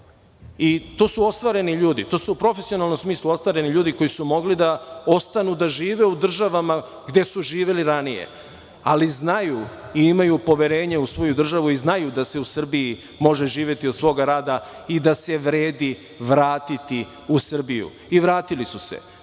i to su ostvareni ljudi, to su u profesionalnom smislu ostvareni ljudi koji su mogli da ostanu da žive u državama gde su živeli ranije, ali znaju i imaju poverenje u svoju državu i znaju da se u Srbiji može živeti od svoga rada i da se vredi vratiti u Srbiju. I vratili su se.